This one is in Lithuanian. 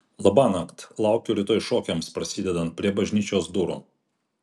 labanakt laukiu rytoj šokiams prasidedant prie bažnyčios durų